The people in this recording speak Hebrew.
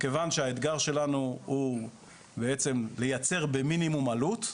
ומכיוון שהאתגר שלנו הוא בעצם לייצר במינימום עלות,